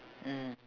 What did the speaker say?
mm